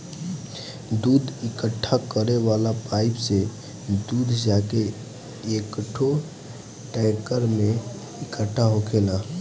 दूध इकट्ठा करे वाला पाइप से दूध जाके एकठो टैंकर में इकट्ठा होखेला